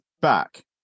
back